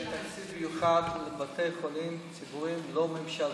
תקציב מיוחד לבתי חולים ציבוריים לא ממשלתיים.